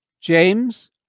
James